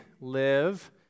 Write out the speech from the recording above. live